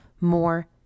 more